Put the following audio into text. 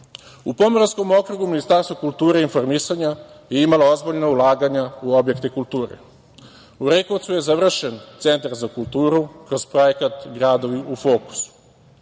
Pomoravskom okrugu Ministarstvo kulture i informisanja je imalo ozbiljna ulaganja u objekte kulture. U Rekovcu je završen Centar za kulturu, kroz projekat „Gradovi u fokusu“.